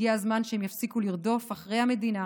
הגיע הזמן שהם יפסיקו לרדוף אחרי המדינה